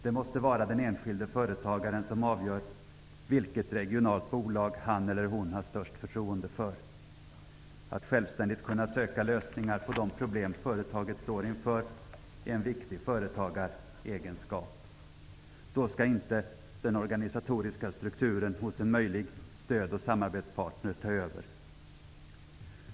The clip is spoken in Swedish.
Det måste vara den enskilde företagaren som avgör vilket regionalt bolag han eller hon har störst förtroende för. Att självständigt kunna söka lösningar på de problem företaget står inför är en viktig företagaregenskap. Då skall inte den organisatoriska strukturen hos en möjlig stödoch samarbetspartner ta över.